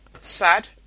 sad